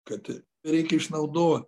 kad reikia išnaudot